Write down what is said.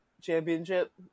championship